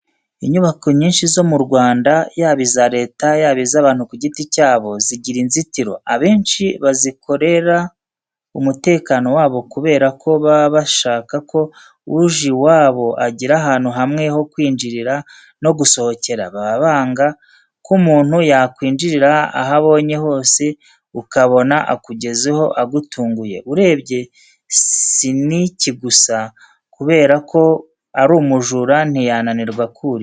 Inyubako nyinshi zo mu Rwanda, yaba iza Leta, yaba iz'abantu ku giti cyabo, zigira inzitiro. Abenshi bazikorera umutekano wabo kubera ko baba bashaka ko uje iwabo agira ahantu hamwe ho kwinjirira no gusohokera. Baba banga ko umuntu yakwinjirira aho abonye hose ukabona akugezeho agutunguye. Urebye si n'iki gusa, kubera ko ari umujura ntiyananirwa kurira.